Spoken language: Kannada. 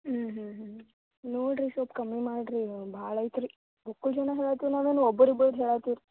ಹ್ಞೂ ಹ್ಞೂ ಹ್ಞೂ ನೋಡಿರಿ ಸೊಲ್ಪ ಕಮ್ಮಿ ಮಾಡಿರಿ ಭಾಳ ಆಯ್ತು ರೀ ಹೇಳಾಕತ್ತೀರ ಏನು ಒಬ್ರು ಇಬ್ರಾದ್ದು ಹೇಳಾತೀರಿ